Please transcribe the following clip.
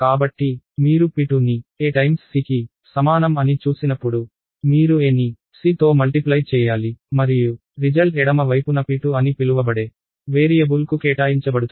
కాబట్టి మీరు p2ని a c కి సమానం అని చూసినప్పుడు మీరు aని cతో మల్టిప్లై చెయ్యాలి మరియు రిజల్ట్ ఎడమ వైపు న p2 అని పిలువబడే వేరియబుల్కు కేటాయించబడుతుంది